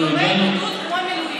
ימי בידוד כמו מילואים.